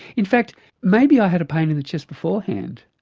in fact maybe i had a pain in the chest beforehand.